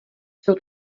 jsou